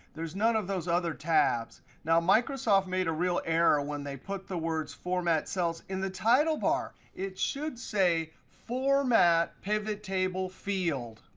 there's none of those other tabs. now, microsoft made a real error when they put the words format cells in the title bar. it should say format pivottable field.